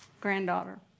granddaughter